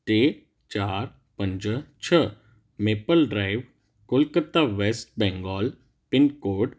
टे चार पंज छह maple drive Kolkata West Bengal pin code